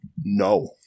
No